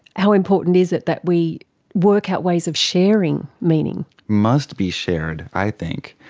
how important is it that we work out ways of sharing meaning? must be shared i think.